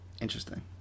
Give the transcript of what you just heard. Interesting